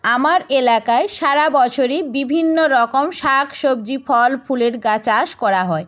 আমার এলাকায় সারা বছরই বিভিন্ন রকম শাক সবজি ফল ফুলের গা চাষ করা হয়